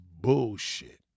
bullshit